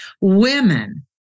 women